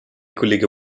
kollege